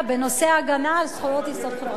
בנושא ההגנה על זכויות יסוד חברתיות.